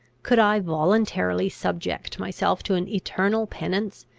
could i voluntarily subject myself to an eternal penance,